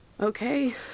Okay